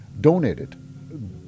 donated